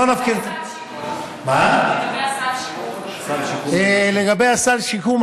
לא נפקיר, מה לגבי סל שיקום?